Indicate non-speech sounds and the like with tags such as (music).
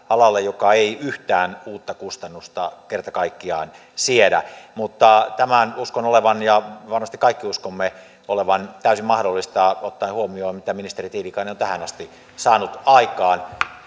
(unintelligible) alalle joka ei yhtään uutta kustannusta kerta kaikkiaan siedä mutta tämän uskon olevan ja varmasti kaikki uskomme olevan täysin mahdollista ottaen huomioon mitä ministeri tiilikainen on tähän asti saanut aikaan